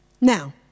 Now